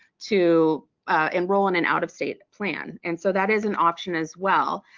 to enroll in an out-of-state plan. and so that is an option as well.